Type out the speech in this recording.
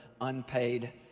unpaid